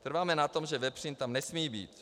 Trváme na tom, že vepřín tam nesmí být.